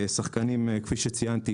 שחקנים אחרים,